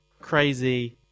crazy